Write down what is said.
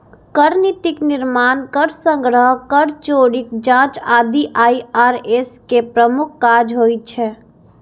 कर नीतिक निर्माण, कर संग्रह, कर चोरीक जांच आदि आई.आर.एस के प्रमुख काज होइ छै